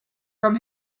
from